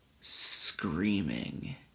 Screaming